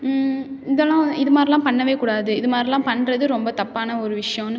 இதெல்லாம் இது மாதிரில்லாம் பண்ணவேக் கூடாது இது மாதிரில்லாம் பண்ணுறது ரொம்பத் தப்பான ஒரு விஷயன்னு